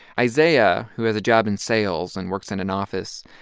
isaiah, who has a job in sales and works in an office,